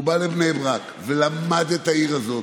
הוא בא לבני ברק ולמד את העיר הזאת,